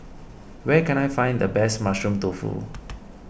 where can I find the best Mushroom Tofu